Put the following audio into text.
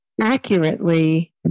accurately